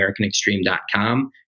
americanextreme.com